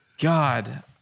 God